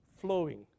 flowing